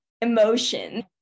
emotions